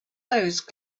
those